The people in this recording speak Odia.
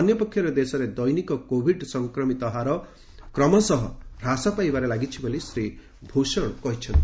ଅନ୍ୟପକ୍ଷରେ ଦେଶରେ ଦୈନିକ କୋଭିଡ୍ ସଂକ୍ରମିତ ହାର କ୍ରମଶଃ ହ୍ରାସ ପାଇବାରେ ଲାଗିଛି ବୋଲି ଶ୍ରୀ ଭୂଷଣ କହିଛନ୍ତି